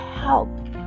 help